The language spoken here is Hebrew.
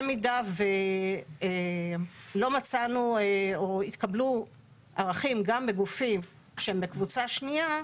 במידה ולא מצאנו או התקבלו ערכים גם בגופים שהם בקבוצה שנייה,